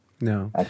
No